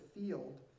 field